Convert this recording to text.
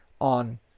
on